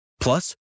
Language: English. Plus